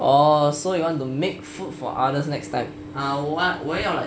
oh so you want to make food for others next time